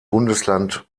bundesland